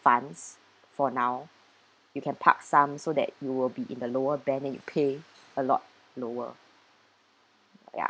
funds for now you can park some so that you will be in the lower band then you pay a lot lower ya